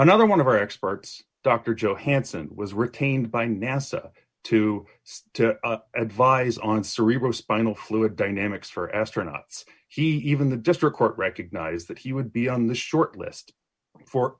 another one of our experts dr johanson was retained by nasa to advise on cerebral spinal fluid dynamics for astronauts he even the district court recognized that he would be on the short list for